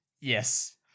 Yes